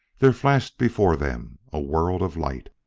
there flashed before them a world of light.